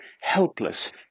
helpless